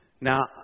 Now